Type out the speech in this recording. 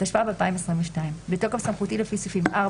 התשפ"ב 2022. בתוקף סמכותי לפי סעיפים 4,